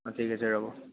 অঁ ঠিক আছে ৰ'ব